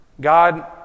God